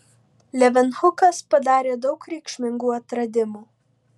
levenhukas padarė daug reikšmingų atradimų